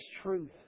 truth